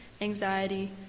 anxiety